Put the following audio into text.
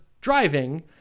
driving